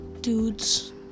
dudes